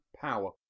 power